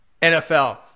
NFL